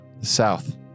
south